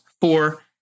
four